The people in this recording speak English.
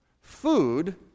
Food